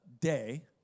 day